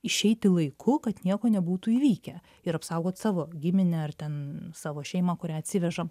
išeiti laiku kad nieko nebūtų įvykę ir apsaugot savo giminę ar ten savo šeimą kurią atsivežam